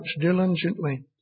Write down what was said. diligently